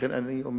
לכן, אני אומר